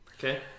Okay